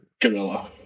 Gorilla